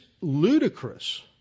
ludicrous